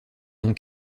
n’ont